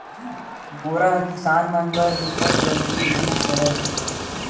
बोरा ह किसान मन बर बिकट जरूरी जिनिस हरय